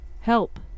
Help